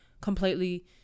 completely